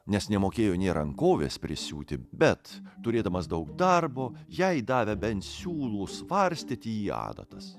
nes nemokėjo nė rankovės prisiūti bet turėdamas daug darbo jai davė bent siūlus varstyti į adatas